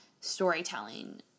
storytelling